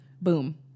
Boom